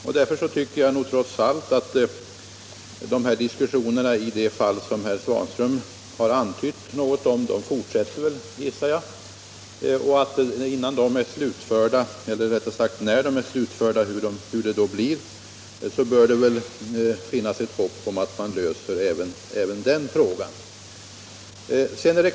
När diskussionerna slutförts i de fall som herr Svanström antytt något om — jag antar att de fortsätter — bör det, vilket resultatet av diskussionerna än blir, finnas hopp om att kunna lösa frågan.